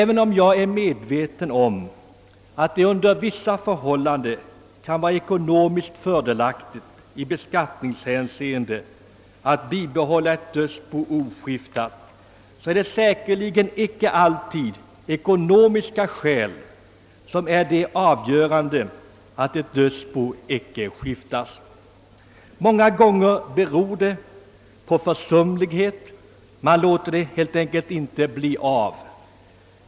Men även om det under vissa förhållanden kan vara ekonomiskt fördelaktigt i beskattningshänseende att bibehålla ett dödsbo oskiftat, är det säkerligen icke alltid de ekonomiska skälen som är avgörande för att ett dödsbo icke skiftas. Många gånger beror det på försumlighet — man låter det helt enkelt inte bli av.